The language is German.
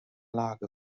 lage